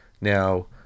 now